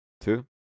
Two